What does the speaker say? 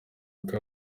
uko